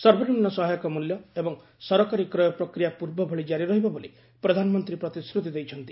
ସର୍ବନିମ୍ନ ସହାୟକ ମୂଲ୍ୟ ଏବଂ ସରକାରୀ କ୍ରୟ ପ୍ରକ୍ରିୟା ପୂର୍ବଭଳି ଜାରି ରହିବ ବୋଲି ପ୍ରଧାନମନ୍ତ୍ରୀ ପ୍ରତିଶୃତି ଦେଇଛନ୍ତି